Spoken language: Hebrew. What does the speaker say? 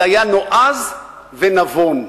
זה היה נועז ונבון.